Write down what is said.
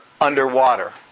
underwater